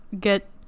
get